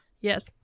Yes